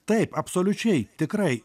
taip absoliučiai tikrai